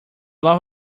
love